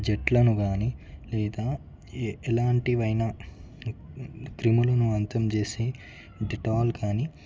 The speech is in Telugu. జెట్లను కానీ ఎలాంటివైనా క్రిములను అంతం చేసే డెటాల్ కానీ